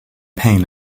pain